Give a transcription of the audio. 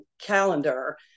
calendar